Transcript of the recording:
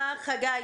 --- חגי,